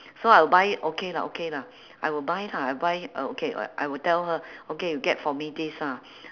so I'll buy it okay lah okay lah I will buy lah I will buy uh okay [what] I will tell her okay you get for me this ah